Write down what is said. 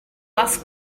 ask